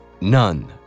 none